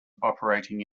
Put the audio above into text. operating